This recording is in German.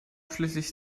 schließlich